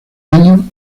año